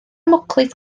mwclis